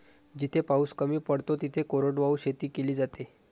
जिथे पाऊस कमी पडतो तिथे कोरडवाहू शेती केली जाते